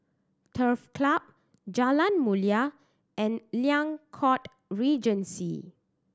Turf Club Jalan Mulia and Liang Court Regency